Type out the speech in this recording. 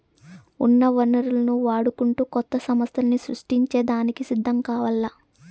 ఉన్న వనరులను వాడుకుంటూ కొత్త సమస్థల్ని సృష్టించే దానికి సిద్ధం కావాల్ల